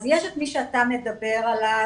אז יש את מי שאתה מדבר עליו,